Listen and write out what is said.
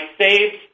saved